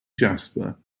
jasper